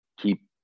keep